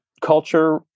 culture